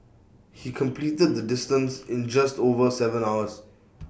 he completed the distance in just over Seven hours